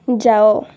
ଯାଅ